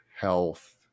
health